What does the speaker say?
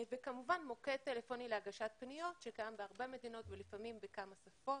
כמובן מוקד טלפוני להגשת פניות שקיים בהרבה מדינות ולפעמים בכמה שפות,